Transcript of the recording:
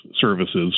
services